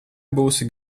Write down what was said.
būsi